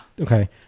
Okay